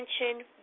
attention